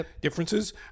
differences